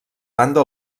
banda